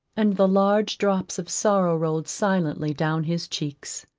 and the large drops of sorrow rolled silently down his cheeks.